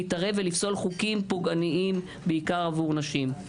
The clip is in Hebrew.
להתערב ולפסול חוקים פוגעניים בעיקר עבור נשים,